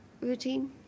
routine